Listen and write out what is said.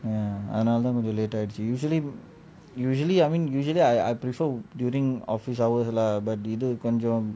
hmm அதுனால தான் கொஞ்ச:athunalla dhan konja late ஆயிடுச்சு:aayiduchu usually usually I mean usually I prefer during office hours lah but இது கொஞ்சம்:ithu konjam